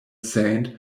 saint